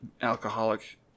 alcoholic